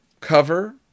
cover